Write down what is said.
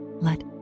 let